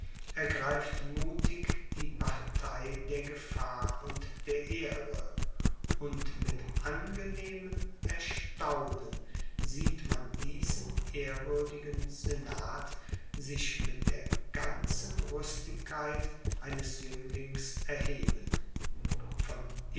ergreift muthig die partei der gefahr und der ehre und mit angenehmem erstaunen sieht man diesen ehrwürdigen senat sich mit der ganzen rüstigkeit eines jünglings erheben von